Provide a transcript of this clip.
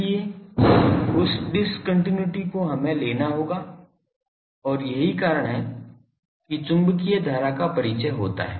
इसलिए उस डिस्कन्टिन्यूइटी को हमें लेना होगा और यही कारण है कि चुंबकीय धारा का परिचय होता है